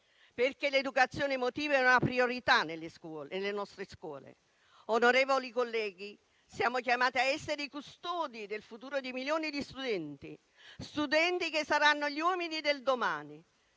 perché l'educazione emotiva diventi una priorità nelle nostre scuole. Onorevoli colleghi, siamo chiamati a essere i custodi del futuro di milioni di studenti, che saranno gli uomini del domani,